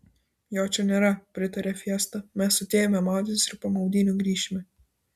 jo čia nėra pritarė fiesta mes atėjome maudytis ir po maudynių grįšime